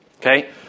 okay